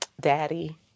daddy